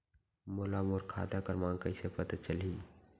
मोला मोर खाता क्रमाँक कइसे पता चलही?